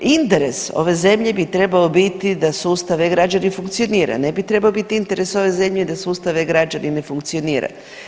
Interes ove zemlje bi trebao biti da sustav e-Građani funkcionira, ne bi trebao biti interes ove zemlje da sustav e-Građani ne funkcionira.